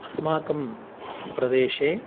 अस्माकं प्रदेशे